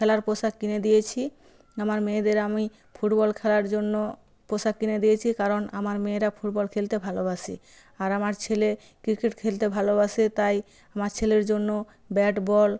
খেলার পোশাক কিনে দিয়েছি আমার মেয়েদের আমি ফুটবল খেলার জন্য পোশাক কিনে দিয়েছি কারণ আমার মেয়েরা ফুটবল খেলতে ভালবাসে আর আমার ছেলে ক্রিকেট খেলতে ভালবাসে তাই আমার ছেলের জন্য ব্যাট বল